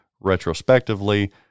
retrospectively